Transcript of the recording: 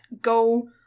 Go